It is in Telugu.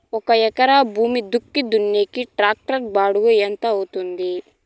ఒక ఎకరా భూమి దుక్కి దున్నేకి టాక్టర్ బాడుగ ఎంత అవుతుంది?